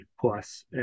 plus